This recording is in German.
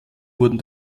wurden